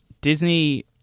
Disney